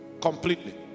Completely